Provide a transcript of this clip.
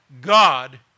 God